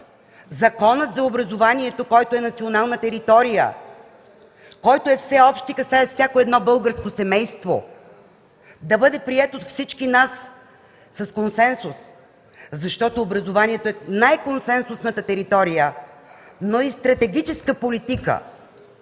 училищното образование, който е национална територия, който е всеобщ и касаещ всяко едно българско семейство, да бъде приет от всички нас с консенсус. Образованието е най-консенсусната територия, но и стратегическа политика,